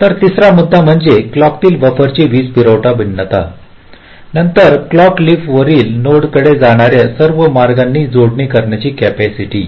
तर तिसरा मुद्दा म्हणजे क्लॉक तील बफरची वीजपुरवठा भिन्नता नंतर क्लॉक लीफ वरील नोड कडे जाणाऱ्या सर्व मार्गांची जोडणी करण्याची कॅपॅसिटी